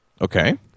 Okay